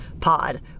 pod